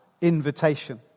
invitation